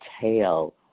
tail